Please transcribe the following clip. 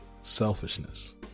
selfishness